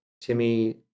Timmy